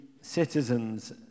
citizens